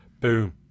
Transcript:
boom